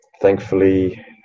thankfully